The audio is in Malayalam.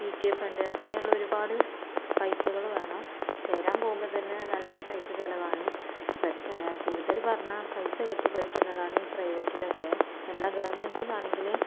പി ടി എ ഫണ്ട് അങ്ങനെയുള്ള ഒരുപാട് പൈസകൾ വേണം ചേരാൻ പോകുമ്പോൾ തന്നെ നല്ലൊരു പൈസ ചെലവാണ് പ്ര കൂടുതൽ പറഞ്ഞാൽ പൈസ കെട്ടി പഠിക്കുന്നതാണ് ഈ പ്രൈവറ്റിലൊക്കെ എന്നാൽ ഗവൺമെൻറ്ന്ന് ആണെങ്കിൽ